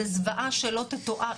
זו זוועה שלא תתואר.